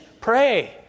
Pray